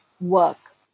work